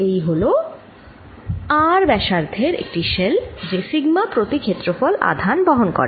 এই হল R ব্যসার্ধের একটি শেল যে সিগমা প্রতি ক্ষেত্রফল আধান বহন করে